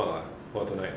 !huh! no more uh for tonight